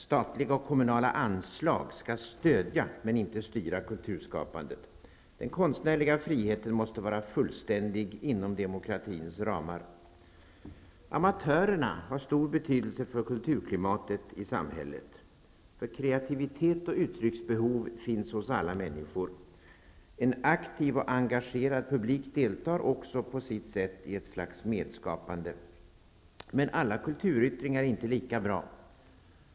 Statliga och kommunala anslag skall stödja, men inte styra, kulturskapandet. Den konstnärliga friheten måste vara fullständig inom demokratins ramar. Amatörerna har stor betydelse för kulturklimatet i samhället. Kreativitet och uttrycksbehov finns hos alla människor. En aktiv och engagerad publik deltar också på sitt sätt i ett slags medskapande. Men alla kulturyttringar är inte lika bra.